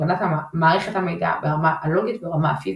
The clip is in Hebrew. הגנת מערכת המידע ברמה הלוגית וברמה הפיזית.